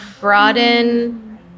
broaden